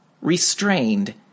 Restrained